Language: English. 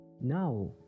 Now